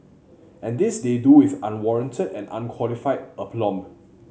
and this they do with unwarranted and unqualified aplomb